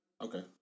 Okay